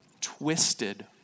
twisted